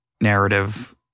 narrative